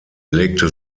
legte